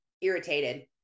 irritated